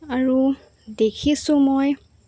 আৰু দেখিছোঁ মই